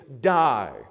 die